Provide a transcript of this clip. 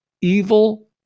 evil